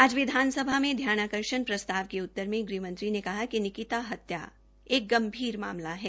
आज विधानसभा में ध्यानाकर्षण प्रस्ताव के उत्तर में गृह मंत्री ने कहा कि निकिता हत्या एक गंभीर मामला है